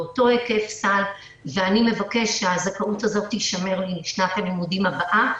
באותו היקף סל ואני מבקש שהזכאות הזאת תישמר לי לשנת הלימודים הבאה.